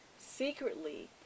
Secretly